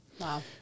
Wow